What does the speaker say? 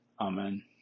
Amen